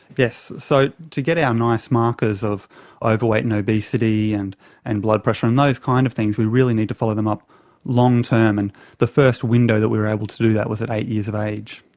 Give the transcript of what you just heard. yes. so to get our um nice markers of overweight and obesity and and blood pressure and those kind of things we really need to follow them up long-term, and the first window that we were able to do that was at eight years of age.